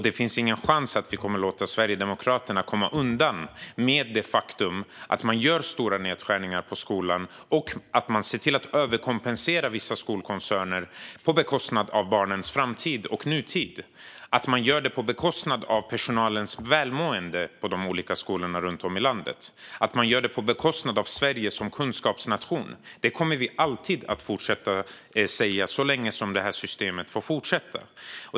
Det finns inte en chans att vi kommer att låta Sverigedemokraterna komma undan med det faktum att man gör stora nedskärningar på skolan och ser till att överkompensera vissa skolkoncerner på bekostnad av barnens framtid och nutid. Man gör det på bekostnad av personalens välmående på de olika skolorna runt om i landet, och man gör det på bekostnad av Sverige som kunskapsnation. Det kommer vi att fortsätta säga så länge det här systemet får fortsätta.